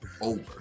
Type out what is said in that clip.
over